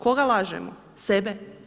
Koga lažemo, sebe?